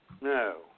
No